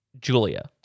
Julia